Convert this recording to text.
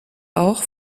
auch